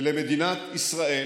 למדינת ישראל